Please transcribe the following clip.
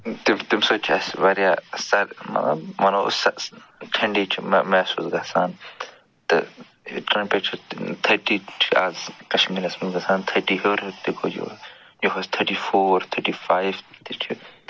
تہٕ تَمہِ سۭتۍ چھِ اَسہِ واریاہ سر مطلب ونو أسۍ سہ ٹھنٛڈی چھِ مےٚ محسوٗس گژھان تہٕ چھِ آز کَشمیٖرَس منٛز گژھان تھٔٹی ہیوٚر ہیوٚر تہِ گوٚو یِہُس یِہُس تھٔٹی فور تھٔٹی فایِو تہِ چھِ